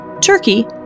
turkey